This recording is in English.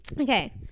Okay